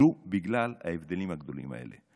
ולו בגלל ההבדלים הגדולים האלה.